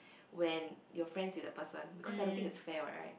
when you're friends with that person because I don't think it's fair what right